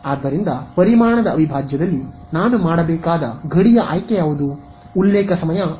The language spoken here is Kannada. ಆದ್ದರಿಂದ ಪರಿಮಾಣದ ಅವಿಭಾಜ್ಯದಲ್ಲಿ ನಾನು ಮಾಡಬೇಕಾದ ಗಡಿಯ ಆಯ್ಕೆ ಯಾವುದು